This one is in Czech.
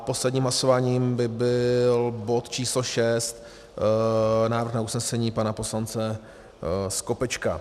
Posledním hlasováním by byl bod číslo 6, návrh na usnesení pana poslance Skopečka.